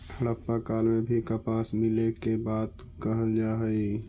हड़प्पा काल में भी कपास मिले के बात कहल जा हई